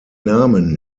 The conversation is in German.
namen